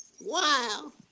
wow